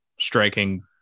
striking